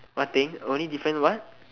what thing only different what